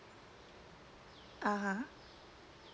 (uh huh)